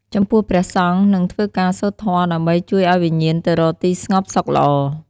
ចំពោះព្រះសង្ឃ នឹងធ្វើការសូត្រធម៌ដើម្បីជួយឲ្យវិញ្ញាណទៅរកទីស្ងប់សុខល្អ។